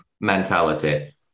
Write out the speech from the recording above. mentality